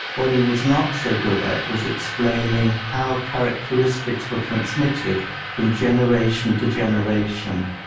what he was not so good at was explaining how characteristics were transmitted from generation to generation.